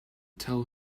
tell